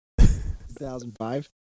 2005